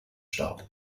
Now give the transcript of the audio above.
starb